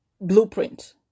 blueprint